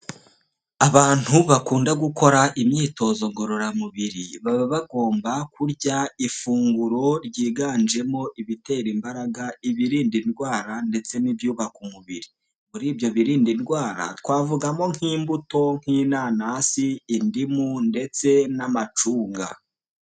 Abantu bakunda gukora imyitozo ngororamubiri baba bagomba kurya ifunguro ryiganjemo ibitera imbaraga, ibirinda indwara ndetse n'ibyubaka umubiri, muri ibyo birinda indwara twavugamo nk'imbuto nk'inanasi, indimu ndetse n'amacunga.